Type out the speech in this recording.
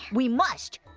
we must.